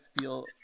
feel